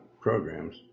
programs